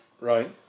Right